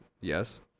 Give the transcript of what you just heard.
yes